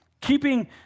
keeping